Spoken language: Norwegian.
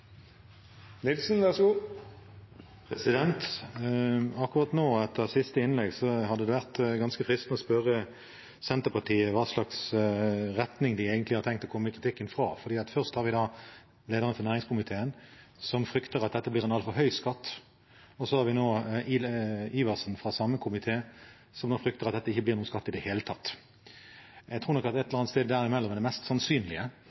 Akkurat nå, etter siste innlegg, hadde det vært ganske fristende å spørre Senterpartiet i hvilken retning de egentlig har tenkt å komme med kritikken. Først har vi lederen for næringskomiteen, som frykter at dette blir en altfor høy skatt, og så har vi nå representanten Adelsten Iversen fra samme komité, som frykter at det ikke blir noen skatt i det hele tatt. Jeg tror at et eller annet sted der imellom er det mest sannsynlige,